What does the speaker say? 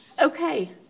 Okay